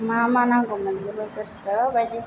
मा मा नांगौ मोनजोबो गोसोबाइदि